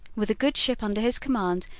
with a good ship under his command,